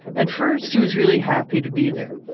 at first, he was really happy to be there.